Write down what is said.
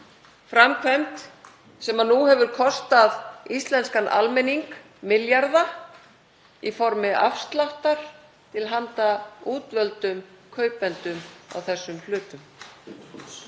framkvæmd sem nú hefur kostað íslenskan almenning milljarða í formi afsláttar til handa útvöldum kaupendum á þessum hlutum.